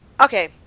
Okay